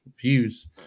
views